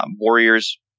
Warriors